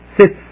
sits